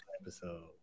episode